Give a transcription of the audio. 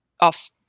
off